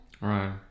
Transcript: Right